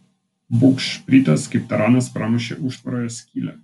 bugšpritas kaip taranas pramušė užtvaroje skylę